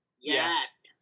Yes